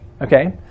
Okay